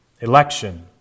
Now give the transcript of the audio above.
election